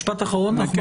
משפט אחרון, בבקשה.